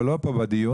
אבל לא פה בדיון,